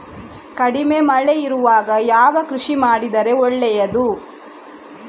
ಕಡಿಮೆ ಮಳೆ ಇರುವಾಗ ಯಾವ ಕೃಷಿ ಮಾಡಿದರೆ ಒಳ್ಳೆಯದು?